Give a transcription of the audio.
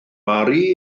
mary